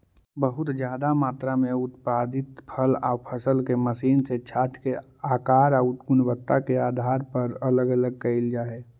बहुत ज्यादा मात्रा में उत्पादित फल आउ फसल के मशीन से छाँटके आकार आउ गुणवत्ता के आधार पर अलग अलग कैल जा हई